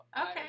okay